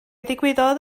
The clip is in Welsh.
ddigwyddodd